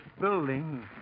building